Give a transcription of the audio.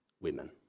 women